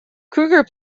kruger